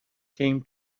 came